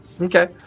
Okay